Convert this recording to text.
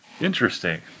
Interesting